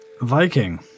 Viking